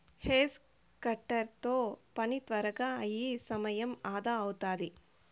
hedge cutter తో పని త్వరగా అయి సమయం అదా అవుతాది